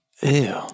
Ew